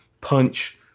punch—